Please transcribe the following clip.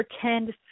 pretend